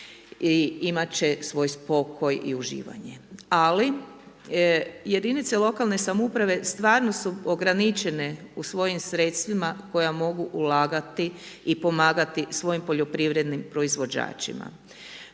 će svoj spokoj i uživanje. Ali jedinice lokalne samouprave stvarno su ograničene u svojim sredstvima koja mogu ulagati i pomagati svojim poljoprivrednim proizvođačima.